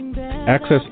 Access